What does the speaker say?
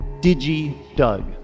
Digi-Doug